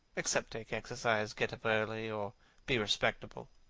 except take exercise, get up early, or be respectable.